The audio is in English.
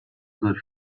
good